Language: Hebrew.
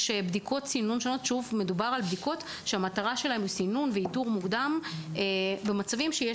יש בדיקות סימון שונות לאיתור וסימון במצבים שיש